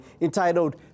entitled